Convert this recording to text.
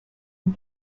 and